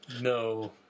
no